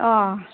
अ